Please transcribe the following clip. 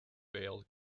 vail